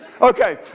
Okay